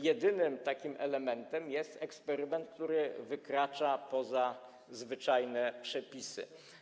Jedynym takim elementem jest eksperyment, który wykracza poza zwyczajne przepisy.